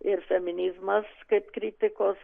ir feminizmas kaip kritikos